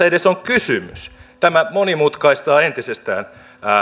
edes on kysymys tämä monimutkaistaa entisestään